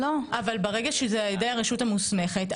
ברגע שזה על ידי הרשות המוסמכת,